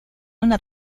una